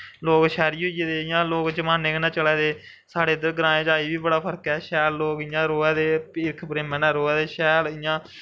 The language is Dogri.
लोग शैह्री होई गेदे लोग इ'यां जमाने कन्नै चला'रदे साढ़े ग्राएं च अज़ें बी बड़ा फर्क ऐ लोग शैल इ'यां रवा दे हिरख प्रेमा कन्नै रवा दे शैल इ'यां